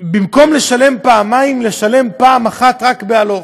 במקום לשלם פעמיים, לשלם פעם אחת, רק בהלוך?